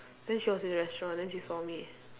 then she was in the restaurant then she saw me